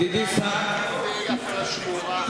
יהודי הפלאשמורה,